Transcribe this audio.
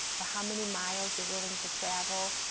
or how many miles you're willing to travel,